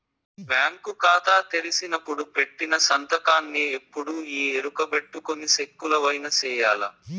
bank కాతా తెరిసినపుడు పెట్టిన సంతకాన్నే ఎప్పుడూ ఈ ఎరుకబెట్టుకొని సెక్కులవైన సెయ్యాల